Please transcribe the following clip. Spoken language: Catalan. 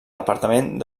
departament